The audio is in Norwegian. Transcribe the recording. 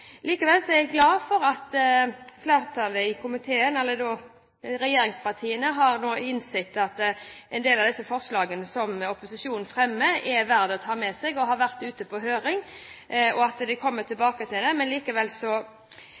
Likevel er jeg glad for at regjeringspartiene har innsett at en del av forslagene som opposisjonen fremmer, er verdt å ta med seg – de har vært ute på høring, og man vil komme tilbake til